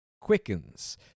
quickens